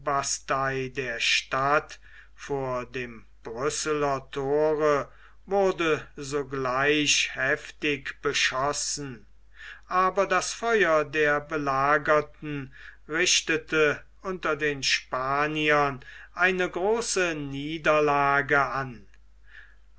der stadt vor dem brüsseler thore wurde sogleich heftig beschossen aber das feuer der belagerten richtete unter den spaniern eine große niederlage an